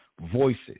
voices